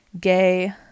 gay